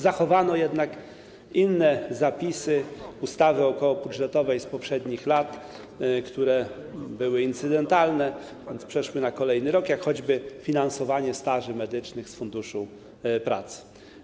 Zachowano jednak inne zapisy ustawy okołobudżetowej z poprzednich lat, które były incydentalne, więc przeszły na kolejny rok, jak choćby zapisy dotyczące finansowania staży medycznych z Funduszu Pracy.